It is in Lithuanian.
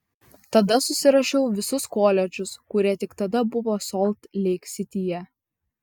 tada susirašiau visus koledžus kurie tik tada buvo solt leik sityje